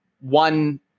one